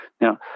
Now